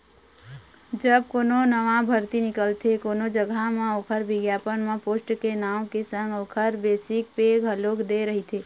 जब कोनो नवा भरती निकलथे कोनो जघा म ओखर बिग्यापन म पोस्ट के नांव के संग ओखर बेसिक पे घलोक दे रहिथे